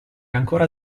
ancora